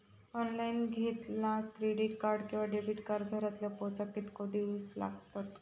Online घेतला credit card किंवा debit card घराकडे पोचाक कितके दिस लागतत?